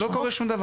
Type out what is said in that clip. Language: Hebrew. לא קורה שום דבר.